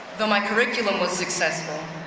though my curriculum was successful,